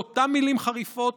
באותן מילים חריפות,